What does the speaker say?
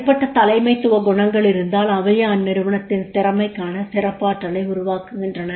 தனிப்பட்ட தலைமைத்துவ குணங்கள் இருந்தால் அவையே நிறுவனத்தின் திறமைக்கான சிறப்பு ஆற்றலை உருவாக்குகின்றன